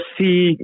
see